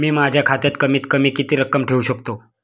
मी माझ्या खात्यात कमीत कमी किती रक्कम ठेऊ शकतो?